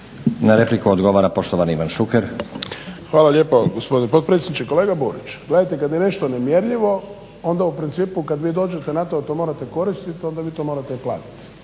Na repliku odgovara poštovani Ivan Šuker. **Šuker, Ivan (HDZ)** Hvala lijepo gospodine potpredsjedniče. Kolega Burić, kada je nešto nemjerljivo onda u principu kada dođete na to da to morate koristiti onda vi to morate platiti.